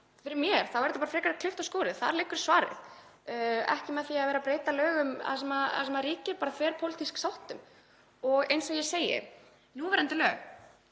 Fyrir mér er þetta frekar klippt og skorið, þar liggur svarið, ekki með því að vera að breyta lögum sem ríkir þverpólitísk sátt um. Og eins og ég segi, núverandi lög